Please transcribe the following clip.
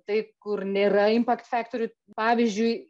tai kur nėra impact fektorių pavyzdžiui